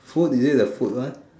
food is it the food one